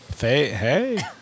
Hey